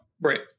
Right